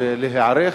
ולהיערך,